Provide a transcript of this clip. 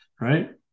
Right